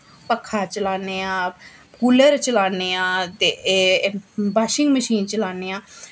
पक्खा चलाने आं कूलर चलाने आं ते बाशिंग मशीन चलाने आं